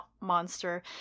monster